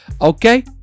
okay